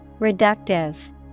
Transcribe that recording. Reductive